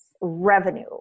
revenue